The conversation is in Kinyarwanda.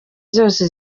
zose